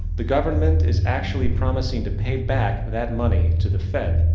the government is actually promising to pay back that money to the fed.